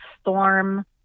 storm